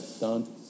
done